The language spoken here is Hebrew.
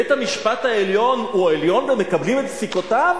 בית-המשפט העליון הוא העליון ומקבלים את פסיקותיו,